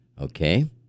Okay